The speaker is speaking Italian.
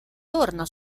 torna